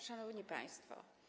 Szanowni Państwo!